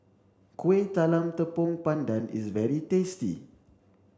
Kuih Talam Tepong Pandan is very tasty